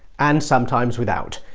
and sometimes without.